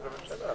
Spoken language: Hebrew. חלה ההכרזה,